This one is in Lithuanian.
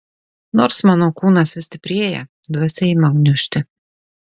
nors mano kūnas vis stiprėja dvasia ima gniužti